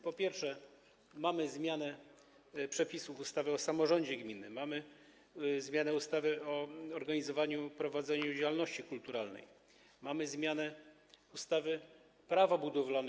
Przede wszystkim mamy zmianę przepisów ustawy o samorządzie gminnym, mamy zmianę ustawy o organizowaniu i prowadzeniu działalności kulturalnej, mamy zmianę ustawy Prawo budowlane.